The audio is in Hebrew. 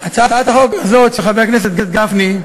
הצעת החוק הזאת של חבר הכנסת גפני,